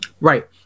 right